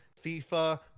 FIFA